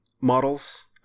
models